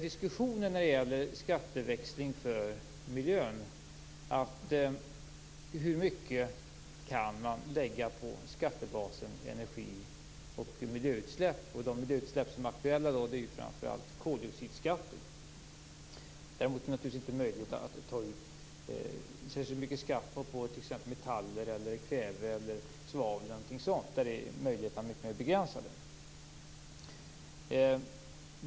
Diskussionen om skatteväxling för miljön handlar just om hur mycket man kan lägga på skattebasen energi och miljöutsläpp. Det som är aktuellt är framför allt koldioxidskatt. Däremot är det naturligtvis inte möjligt att ta ut särskilt mycket skatt på t.ex. metaller, kväve eller svavel. Där är möjligheterna mycket mer begränsade.